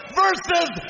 versus